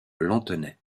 lanthenay